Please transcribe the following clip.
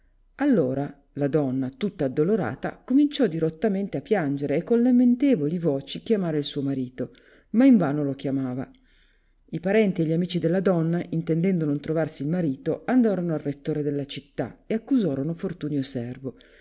all'ora la donna tutta addolorata cominciò dirottamente a piangere e con lamentevoli voci chiamare il suo marito ma in vano lo chiamava i parenti e gli amici della donna intendendo non trovarsi il marito andarono al i rettore della città e accusorono fortunio servo